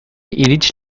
irits